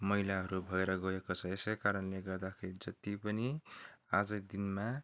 मैलाहरू भएर गएको छ यसैकारणले गर्दाखेरि जति पनि आजको दिनमा